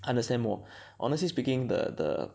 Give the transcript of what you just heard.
understand more honestly speaking the the